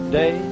day